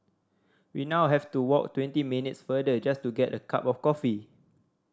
we now have to walk twenty minutes farther just to get a cup of coffee